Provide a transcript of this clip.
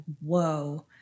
whoa